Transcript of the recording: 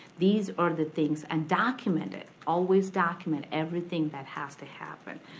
these are the things, and document it. always document everything that has to happen.